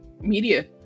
media